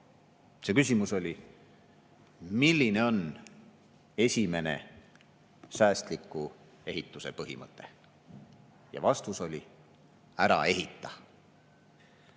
See küsimus oli: milline on esimene säästliku ehituse põhimõte? Ja vastus oli: ära ehita.